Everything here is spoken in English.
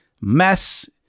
mess